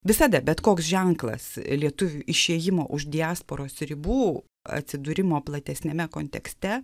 visada bet koks ženklas lietuvių išėjimo už diasporos ribų atsidūrimo platesniame kontekste